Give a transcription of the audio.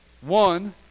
One